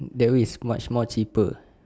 that is much more cheaper